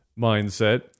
mindset